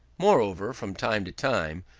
moreover, from time to time,